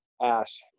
Ash